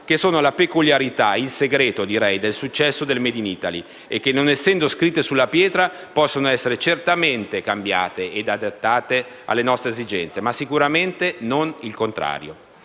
che sono la peculiarità, il segreto del successo del *made in Italy* e che, non essendo scritte sulla pietra, possono certamente essere cambiate ed adattate alle nostre esigenze, ma sicuramente non il contrario.